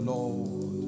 Lord